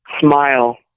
smile